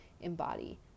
embody